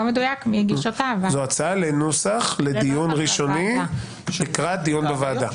זאת הצעה לנוסח לדיון ראשוני לקראת דיון בוועדה.